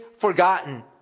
forgotten